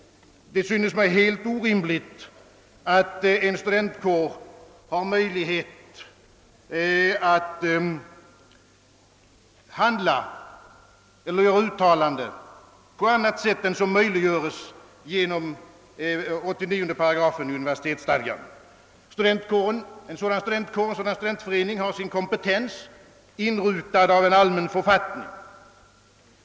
Det synes mig helt orimligt att en studentkår har möjlighet att handla eller göra uttalanden på annat sätt än som möjliggöres genom 89 8 universitetsstadgan. En studentkår eller studentförening har sin kompetens inrutad av en allmän författning.